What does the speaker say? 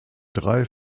drei